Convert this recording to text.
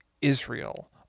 Israel